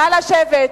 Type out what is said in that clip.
נא לשבת.